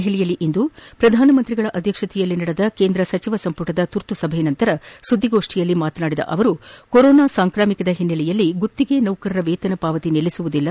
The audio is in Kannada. ದೆಹಲಿಯಲ್ಲಿ ಇಂದು ಪ್ರಧಾನಮಂತ್ರಿ ನರೇಂದ್ರ ಮೋದಿ ಅಧ್ಯಕ್ಷತೆಯಲ್ಲಿ ನಡೆದ ಕೇಂದ್ರ ಸಚಿವ ಸಂಪುಟದ ತುರ್ತು ಸಭೆಯ ನಂತರ ಸುದ್ದಿಗೋಷ್ಠಿಯಲ್ಲಿ ಮಾತನಾಡಿದ ಅವರು ಕೊರೋನಾ ಸಾಂಕ್ರಾಮಿಕದ ಹಿನ್ನೆಲೆಯಲ್ಲಿ ಗುತ್ತಿಗೆ ನೌಕರರ ವೇತನ ಪಾವತಿ ನಿಲ್ಲಿಸುವುದಿಲ್ಲ